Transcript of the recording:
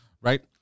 right